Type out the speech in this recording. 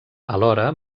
alhora